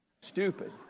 stupid